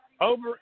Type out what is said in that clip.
over